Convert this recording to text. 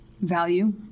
value